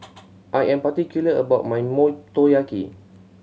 I am particular about my Motoyaki